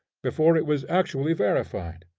before it was actually verified.